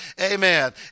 Amen